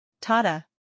Tata